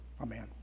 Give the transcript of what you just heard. Amen